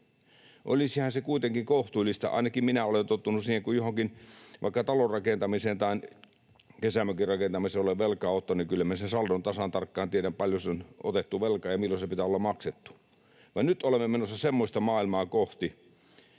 Olisihan se kuitenkin kohtuullista. Ainakin minä olen tottunut siihen, kun johonkin, vaikka talon rakentamiseen tai kesämökin rakentamiseen, olen velkaa ottanut, että kyllä minä sen saldon tasan tarkkaan tiedän, paljonko siihen on otettu velkaa ja milloin sen pitää olla maksettu. Ja nyt olemme menossa kohti semmoista maailmaa ja